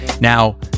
Now